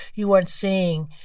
you weren't seeing,